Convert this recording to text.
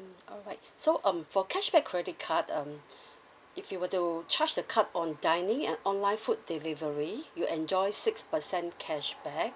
mm alright so um for cashback credit card um if you were to charge the card on dining at online food delivery you enjoys six percent cashback